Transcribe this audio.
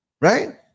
Right